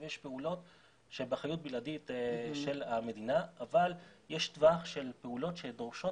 יש פעולות שהן באחריות בלעדית של המדינה אבל יש טווח של פעולות שדורשות